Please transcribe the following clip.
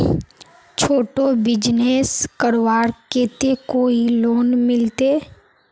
छोटो बिजनेस करवार केते कोई लोन मिलबे?